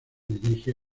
dirigen